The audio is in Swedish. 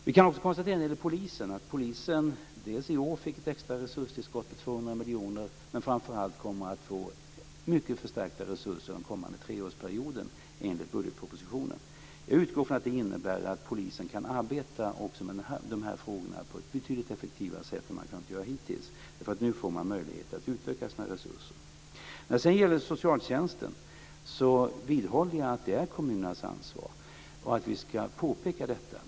Vi kan också konstatera när det gäller polisen dels att den i år fick ett extra resurstillskott, dels, och framför allt, att den kommer att få mycket förstärkta resurser under den kommande treårsperioden enligt budgetpropositionen. Jag utgår från att det innebär att polisen kan arbeta också med de här frågorna på ett betydligt effektivare sätt än den har kunnat göra hittills. Nu får man nämligen möjlighet att utöka sina resurser. När det sedan gäller socialtjänsten så vidhåller jag att det är kommunernas ansvar. Vi ska påpeka detta.